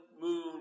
moon